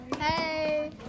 Hey